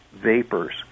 vapors